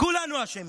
כולנו אשמים,